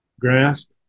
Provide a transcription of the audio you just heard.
grasp